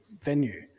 venue